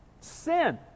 Sin